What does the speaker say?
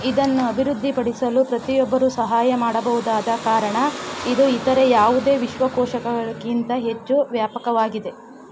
ಇದನ್ನು ಅಭಿವೃದ್ಧಿಪಡಿಸಲು ಪ್ರತಿಯೊಬ್ಬರೂ ಸಹಾಯ ಮಾಡಬಹುದಾದ ಕಾರಣ ಇದು ಇತರ ಯಾವುದೇ ವಿಶ್ವಕೋಶಗಳಿಗಿಂತ ಹೆಚ್ಚು ವ್ಯಾಪಕವಾಗಿದೆ